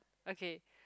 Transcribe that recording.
okay